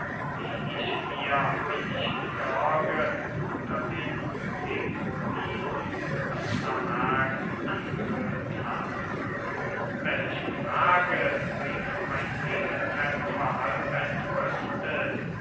die ich mir wie ich besorge unter den cekropiden unvermerkt angewöhnt habe welche frage rief mein gegenkämpfer halb entrüstet